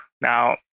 now